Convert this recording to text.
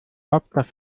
hauptstadt